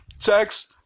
text